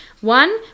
one